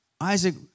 Isaac